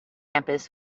campus